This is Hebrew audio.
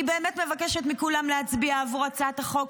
אני באמת מבקשת מכולם להצביע בעד הצעת החוק,